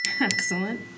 Excellent